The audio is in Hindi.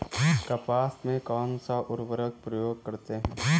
कपास में कौनसा उर्वरक प्रयोग करते हैं?